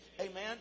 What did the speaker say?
Amen